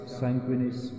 sanguinis